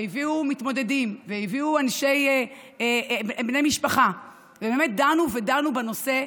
מתמודדים ובני משפחה, ובאמת דנו ודנו בנושא.